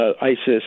ISIS